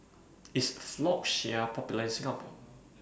IS Floxia Popular in Singapore